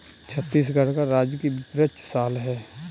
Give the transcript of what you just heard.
छत्तीसगढ़ का राजकीय वृक्ष साल है